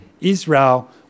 Israel